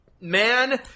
man